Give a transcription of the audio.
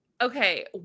okay